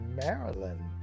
Maryland